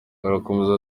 arakomeza